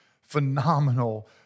phenomenal